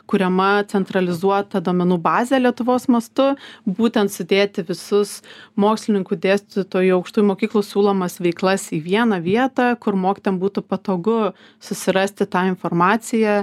kuriama centralizuota duomenų bazė lietuvos mastu būtent sudėti visus mokslininkų dėstytojų aukštųjų mokyklų siūlomas veiklas į vieną vietą kur mokytojam būtų patogu susirasti tą informaciją